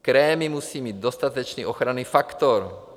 Krémy musí mít dostatečný ochranný faktor.